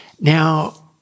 Now